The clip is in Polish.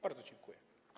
Bardzo dziękuję.